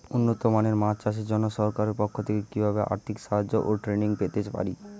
উন্নত মানের মাছ চাষের জন্য সরকার পক্ষ থেকে কিভাবে আর্থিক সাহায্য ও ট্রেনিং পেতে পারি?